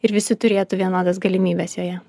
ir visi turėtų vienodas galimybes joje